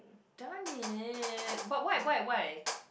darn it but why why why